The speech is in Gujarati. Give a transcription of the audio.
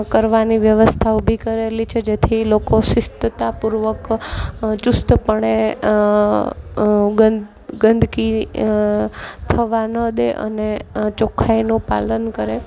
કરવાની વ્યવસ્થા ઊભી કરેલી છે જેથી લોકો શીસ્તતા પૂર્વક ચુસ્ત પણે ગંદ ગંદકી થવા ન દે અને ચોખ્ખાઈનું પાલન કરે